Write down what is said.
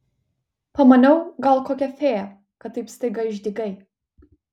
pamaniau gal kokia fėja kad taip staiga išdygai